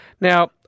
Now